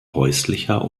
häuslicher